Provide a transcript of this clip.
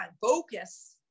focus